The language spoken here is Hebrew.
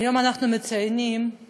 היום אנחנו מציינים את